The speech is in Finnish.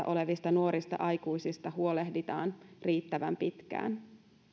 olevista nuorista aikuisista huolehditaan riittävän pitkään